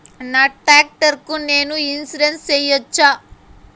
నా టాక్టర్ కు నేను ఇన్సూరెన్సు సేయొచ్చా?